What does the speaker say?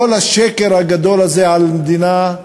כל השקר הגדול הזה על מדינה,